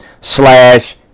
slash